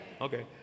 Okay